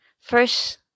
first